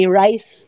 rice